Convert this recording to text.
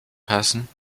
passen